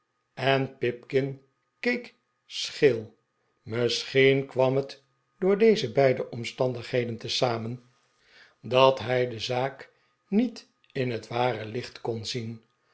en pipkin keek scheel misschien kwam het door deze beide omstandigheden tezamen dat hij de zaak niet in het ware licht kon zien